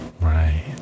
Right